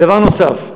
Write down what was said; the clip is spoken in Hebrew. דבר נוסף,